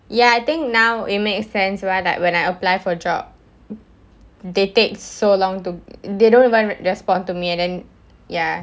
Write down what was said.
ya I think now it makes sense right like when I apply for a job they take so long to they don't even respond to me and then ya